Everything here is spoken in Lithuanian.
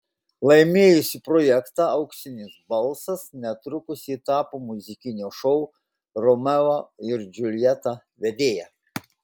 laimėjusi projektą auksinis balsas netrukus ji tapo muzikinio šou romeo ir džiuljeta vedėja